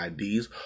IDs